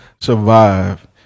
survive